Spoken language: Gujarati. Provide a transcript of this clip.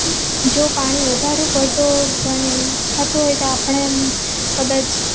જો પાણી વધારે પડતો પણ થતું હોય તો આપણે એમ કદાચ